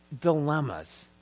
dilemmas